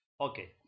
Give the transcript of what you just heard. Okay